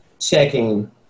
checking